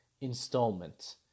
installment